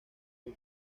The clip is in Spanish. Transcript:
new